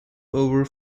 over